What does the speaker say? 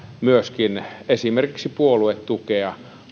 myöskin esimerkiksi puoluetukea